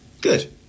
Good